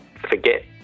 forget